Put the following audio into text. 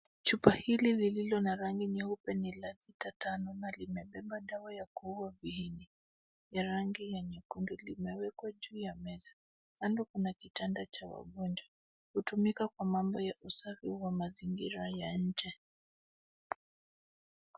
Chupa hili lilo na rangi nyeupe ni la lita tano na limebeba dawa ya kuua viini ya rangi ya nyekundu. Limewekwa juu ya meza. Kando kuna kitanda cha wagonjwa. Hutumika kwa mambo ya usafi wa mazingira ya nje.